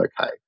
okay